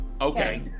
Okay